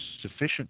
sufficient